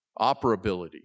Operability